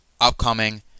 upcoming